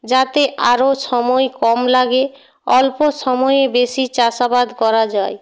যাতে আরও সময় কম লাগে অল্প সময়ে বেশি চাষাবাদ করা যায়